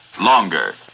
longer